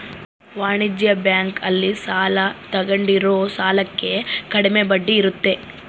ವಾಣಿಜ್ಯ ಬ್ಯಾಂಕ್ ಅಲ್ಲಿ ಸಾಲ ತಗೊಂಡಿರೋ ಸಾಲಕ್ಕೆ ಕಡಮೆ ಬಡ್ಡಿ ಇರುತ್ತ